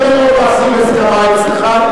קשה מאוד להשיג הסכמה אצלך,